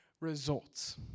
results